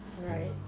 Right